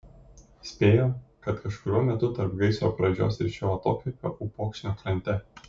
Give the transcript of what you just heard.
spėjo kad kažkuriuo metu tarp gaisro pradžios ir šio atokvėpio upokšnio krante